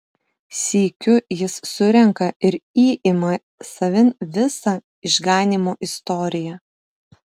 sykiu jis surenka ir įima savin visą išganymo istoriją